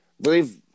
believe